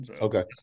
Okay